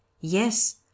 yes